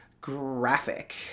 graphic